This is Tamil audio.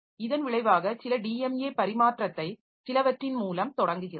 இதன் விளைவாக சில டிஎம்ஏ பரிமாற்றத்தை சிலவற்றின் மூலம் தொடங்குகிறது